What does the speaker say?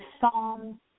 Psalm